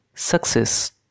success